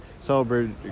celebrated